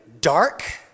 dark